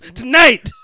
tonight